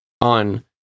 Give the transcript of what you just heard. on